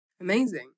Amazing